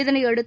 இதனையடுத்து